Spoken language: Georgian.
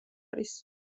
არის